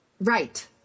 Right